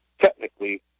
technically